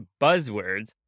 buzzwords